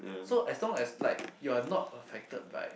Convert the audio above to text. so as long as like you are not affected by